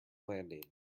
landing